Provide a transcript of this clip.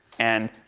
and